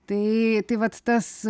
tai tai vat tas